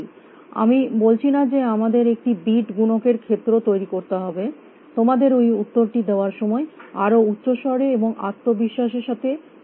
আমি বলছি না যে আমাদের একটি বিট গুণকের ক্ষেত্র তৈরী করতে হবে তোমার ওই উত্তরটি দেওয়ার সময় আরো উচ্চ স্বরে এবং আত্মবিশ্বাসের সাথে বলা উচিত